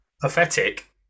pathetic